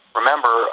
remember